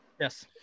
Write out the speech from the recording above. yes